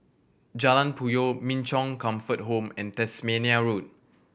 Jalan Puyoh Min Chong Comfort Home and Tasmania Road